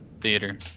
theater